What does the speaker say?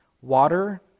Water